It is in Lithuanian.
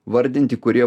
vardinti kurie